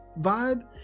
vibe